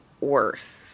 worse